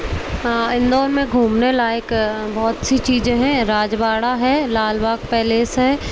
हाँ इंदौर में घूमने लायक बहुत सी चीज़ें हैं रजवाड़ा है लालबाग पैलेस है